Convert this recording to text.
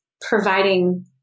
providing